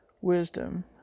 wisdom